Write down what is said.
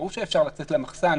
ברור שאפשר לצאת למחסן.